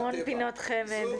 המון פינות חמד.